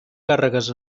càrregues